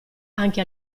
anche